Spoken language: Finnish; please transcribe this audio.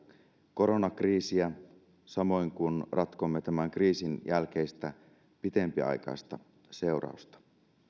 koronakriisiä ja samoin silloin kun ratkomme tämän kriisin jälkeistä pitempiaikaista seurausta